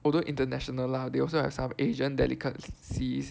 although international lah they also have some Asian delicacies